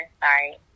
sorry